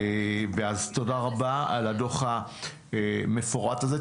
אז תודה רבה על הדוח המפורט הזה.